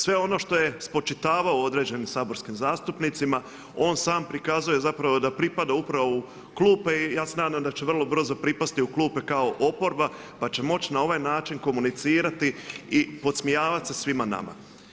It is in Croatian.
Sve ono što je spočitavao određenim saborskim zastupnicima on sam prikazuje zapravo da pripada upravo u klupe i ja se nadam da će vrlo brzo pripasti u klupe kao oporba, pa će moći na ovaj način komunicirati i podsmijavat se svima nama.